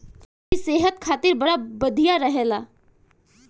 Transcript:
इ सेहत खातिर बड़ा बढ़िया रहेला